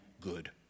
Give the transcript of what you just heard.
good